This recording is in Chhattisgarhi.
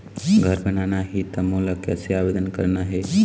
घर बनाना ही त मोला कैसे आवेदन करना हे?